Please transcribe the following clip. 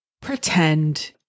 Pretend